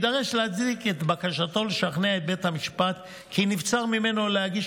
שיידרש להצדיק את בקשתו ולשכנע את בית המשפט כי נבצר ממנו להגיש